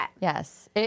Yes